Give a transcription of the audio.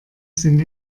sind